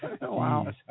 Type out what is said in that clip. Wow